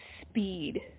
Speed